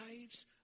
lives